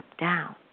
down